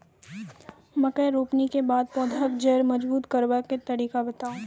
मकय रोपनी के बाद पौधाक जैर मजबूत करबा के तरीका बताऊ?